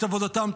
את עבודתם,